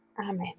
Amen